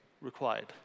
required